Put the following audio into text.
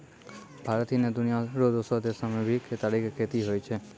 भारत ही नै, दुनिया रो दोसरो देसो मॅ भी केतारी के खेती होय छै